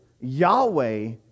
Yahweh